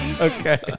Okay